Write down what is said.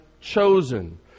chosen